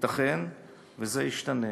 ייתכן שזה ישתנה.